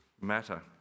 matter